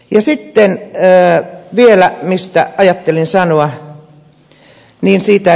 ja sitten mistä vielä ajattelin sanoa